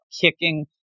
kicking